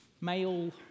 male